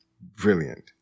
brilliant